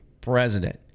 president